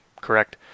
correct